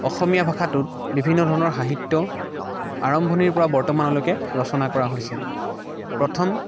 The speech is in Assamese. অসমীয়া ভাষাটোত বিভিন্ন ধৰণৰ সাহিত্য আৰম্ভনিৰ পৰা বৰ্তমানলৈকে ৰচনা কৰা হৈছে প্ৰথম